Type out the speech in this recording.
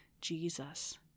Jesus